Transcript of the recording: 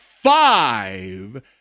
Five